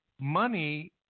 money